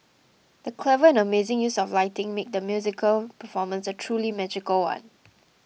the clever and amazing use of lighting made the musical performance a truly magical one